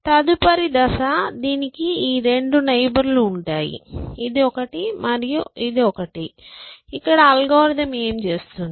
తదుపరి దశ దీనికి ఈ రెండు నైబర్ లు ఉంటాయి ఇది ఒకటి మరియు ఇది ఒకటి అల్గోరిథం ఏమి చేస్తుంది